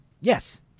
Yes